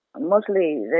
mostly